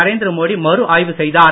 நரேந்திர மோடி மறுஆய்வு செய்தார்